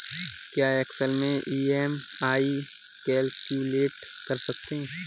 क्या एक्सेल में EMI calculate कर सकते हैं?